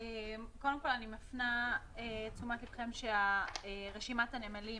קודם כול, אני מפנה את תשומת לבכם שרשימת הנמלים